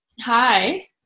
Hi